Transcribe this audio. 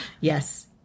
Yes